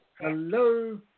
Hello